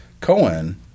Cohen